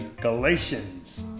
Galatians